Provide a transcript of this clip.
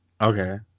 Okay